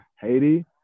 Haiti